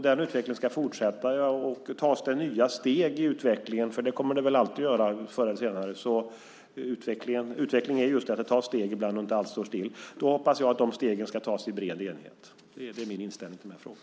Den utvecklingen ska fortsätta. Tas det nya steg i utvecklingen, som det väl alltid kommer att göras förr eller senare - utveckling är just att det tas steg ibland och inte alls står stilla - hoppas jag att de stegen ska tas i bred enighet. Det är min inställning till de här frågorna.